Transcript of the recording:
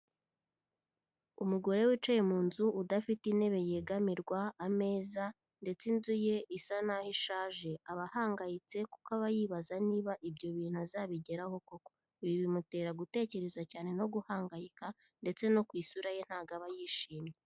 Umugore wicaye mu nzu udafite intebe yegamirwa, ameza ndetse inzu ye isa n'aho ishaje, aba ahangayitse kuko aba yibaza niba ibyo bintu azabigeraho koko, ibi bimutera gutekereza cyane no guhangayika ndetse no ku isura ye ntabwo aba yishimye.